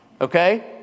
Okay